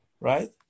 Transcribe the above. right